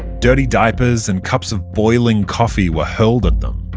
dirty diapers and cups of boiling coffee were hurled at them.